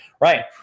right